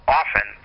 often